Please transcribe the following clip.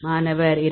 மாணவர் 2